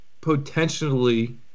potentially